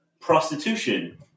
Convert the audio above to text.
prostitution